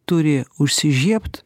turi užsižiebt